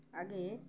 আগে